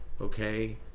okay